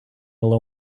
alone